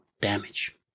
damage